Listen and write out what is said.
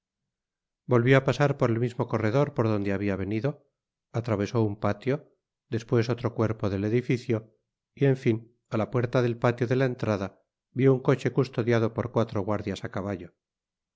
volvió á pasar por el mismo corredor por donde habia venido atravesó un patio despues otro cuerpo del edificio y en fin á la puerta del patio de la entrada vió un coche custodiado por cuatro guardias á caballo